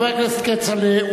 חבר הכנסת כצל'ה,